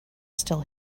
still